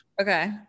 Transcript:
okay